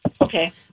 Okay